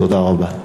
תודה רבה.